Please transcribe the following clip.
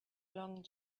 long